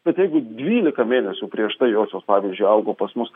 bet jeigu dvylika mėnesių prieš tai josios pavyzdžiui augo pas mus